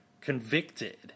convicted